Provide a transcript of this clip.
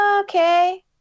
Okay